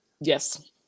Yes